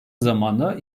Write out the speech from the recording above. zamanda